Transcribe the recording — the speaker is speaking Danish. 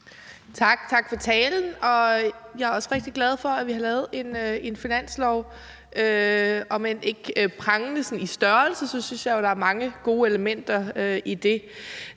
tak for talen. Jeg er også rigtig glad for, at vi har lavet en aftale om en finanslov. Om end den ikke er prangende sådan i størrelse, synes jeg jo, at der er mange gode elementer i den.